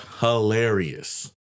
hilarious